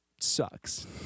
sucks